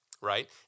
right